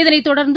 இதனைத் தொடர்ந்து